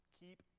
keep